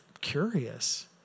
curious